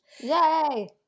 Yay